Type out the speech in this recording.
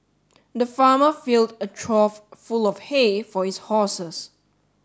the farmer filled a trough full of hay for his horses